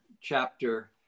chapter